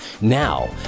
Now